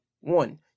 one